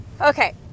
Okay